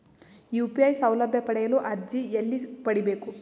UPI ಸೌಲಭ್ಯ ಪಡೆಯಲು ಅರ್ಜಿ ಎಲ್ಲಿ ಪಡಿಬೇಕು?